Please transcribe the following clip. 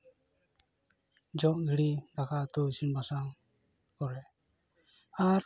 ᱡᱚᱢᱼᱧᱩ ᱨᱮ ᱫᱟᱠᱟ ᱩᱛᱩ ᱤᱥᱤᱱ ᱵᱟᱥᱟᱝ ᱠᱚᱨᱮ ᱟᱨ